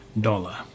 dollar